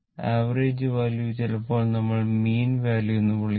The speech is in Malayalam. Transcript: ആവറേജ് വാല്യൂ ചിലപ്പോൾ നമ്മൾ മീൻ വാല്യൂ എന്ന് വിളിക്കുന്നു